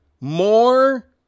more